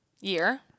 Year